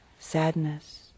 sadness